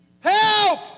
Help